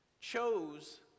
chose